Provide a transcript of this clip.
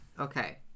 Okay